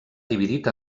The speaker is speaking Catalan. dividit